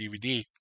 DVD